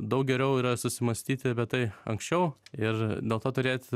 daug geriau yra susimąstyti apie tai anksčiau ir dėl to turėt